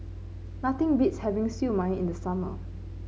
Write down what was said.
nothing beats having Siew Mai in the summer